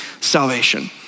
salvation